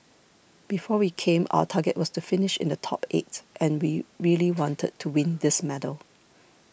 before we came our target was to finish in the top eight and we really wanted to win this medal